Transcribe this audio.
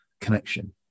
connection